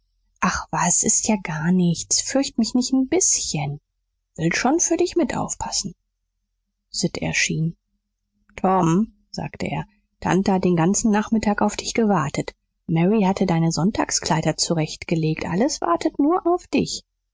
ach was s ist ja gar nichts fürcht mich nicht n bißchen will schon für dich mit aufpassen sid erschien tom sagte er tante hat den ganzen nachmittag auf dich gewartet mary hatte deine sonntagskleider zurecht gelegt alles wartete nur auf dich